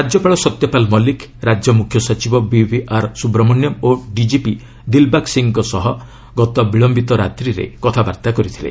ରାଜ୍ୟପାଳ ସତ୍ୟପାଲ ମଲ୍ଲିକ ରାଜ୍ୟ ମୁଖ୍ୟସଚିବ ବିଭି ଆର୍ ସୁବ୍ରମଣ୍ୟମ୍ ଓ ଡିଜିପି ଦିଲ୍ବାଗ୍ ସିଂଙ୍କ ସହ ଗତ ବିଳୟିତ ରାତିରେ କଥାବାର୍ତ୍ତା କରିଥିଲେ